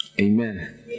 Amen